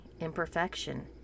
imperfection